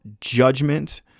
judgment